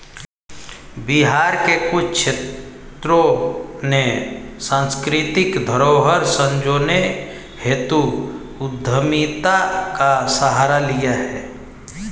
बिहार के कुछ छात्रों ने सांस्कृतिक धरोहर संजोने हेतु उद्यमिता का सहारा लिया है